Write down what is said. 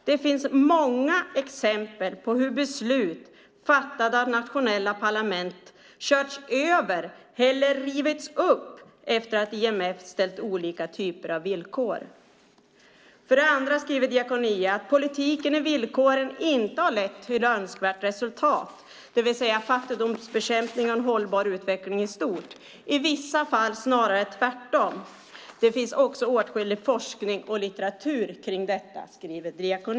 Det finns många exempel på hur beslut fattade av nationella parlament körts över eller rivits upp efter att IMF ställt olika typer av villkor. Diakonia skriver vidare: För det andra har inte politiken i villkoren lett till önskvärt resultat, det vill säga fattigdomsbekämpning och en hållbar utveckling i stort, i vissa fall snarare tvärtom. Det finns också åtskillig forskning och litteratur kring detta.